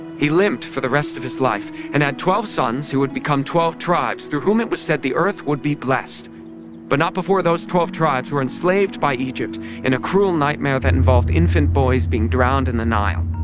he limped for the rest of his life and had twelve sons who would become twelve tribes, through whom it was said the earth would be blessed but not before those twelve tribes were enslaved by egypt in a cruel nightmare with that involved infant boys being drowned in the nile,